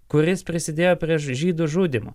kuris prisidėjo prie žydų žudymo